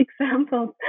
examples